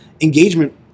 engagement